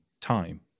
time